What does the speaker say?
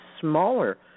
smaller